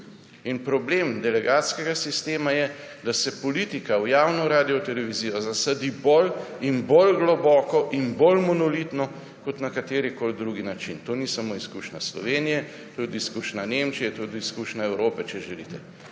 Problem delegatskega sistema je, da se politika v javno radiotelevizijo zasadi bolj in bolj globoko in bolj monolitno kot na katerikoli drugi način. To ni samo izkušnja Slovenije, tudi izkušnja Nemčije, tudi izkušnja Evrope, če želite.